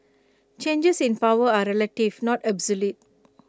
changes in power are relative not absolute